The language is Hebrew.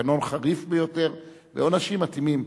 תקנון חריף ביותר ועונשים מתאימים.